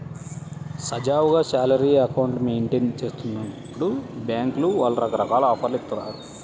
సజావుగా salary account maintain చేస్తున్నప్పుడు బ్యేంకుల వాళ్ళు రకరకాల ఆఫర్లను ఇత్తాయి